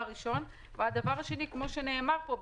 כמו שנאמר פה,